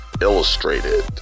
illustrated